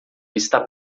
está